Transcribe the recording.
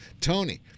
Tony